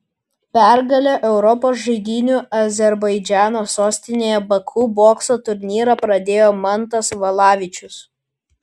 pergale europos žaidynių azerbaidžano sostinėje baku bokso turnyrą pradėjo mantas valavičius